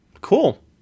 Cool